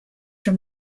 from